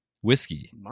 whiskey